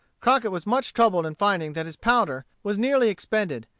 crockett was much troubled in finding that his powder was nearly expended,